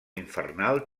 infernal